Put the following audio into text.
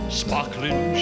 sparkling